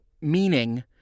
meaning